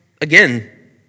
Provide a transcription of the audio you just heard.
again